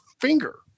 finger